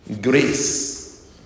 Grace